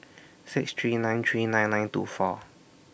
six three nine three nine nine two four